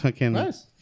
nice